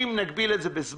אם נגביל את זה בזמן,